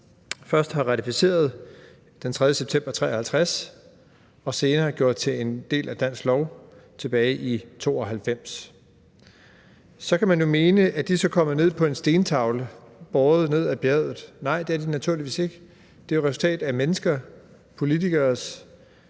først har ratificeret den 3. september 1953 og senere gjort til en del af dansk lov tilbage i 1992. Så kan man jo mene og spørge: Er de så kommet ned på en stentavle båret ned ad bjerget? Nej, det er de naturligvis ikke. Det er et resultat af menneskers, politikeres